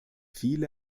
viele